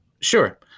sure